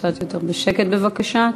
קצת יותר בשקט, בבקשה.